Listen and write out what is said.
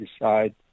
decide